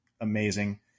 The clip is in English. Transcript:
amazing